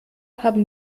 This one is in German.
haben